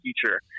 future